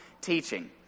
teaching